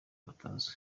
batazwi